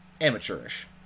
Amateurish